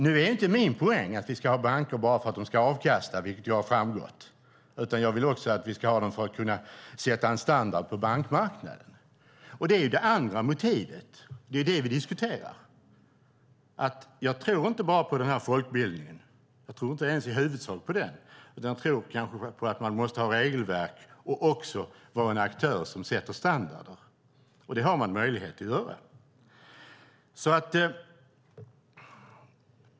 Nu är inte min poäng att vi ska ha banker bara för att de ska ge avkastning, vilket ju har framgått. Jag vill också att vi ska ha dem för att kunna sätta en standard på bankmarknaden. Det är det andra motivet. Det är det vi diskuterar. Jag tror inte på bara den här folkbildningen. Jag tror inte ens i huvudsak på den, utan jag tror på att man måste ha regelverk och också vara en aktör som sätter standarden. Det har man möjlighet att göra.